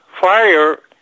fire